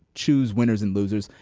choose winners and losers.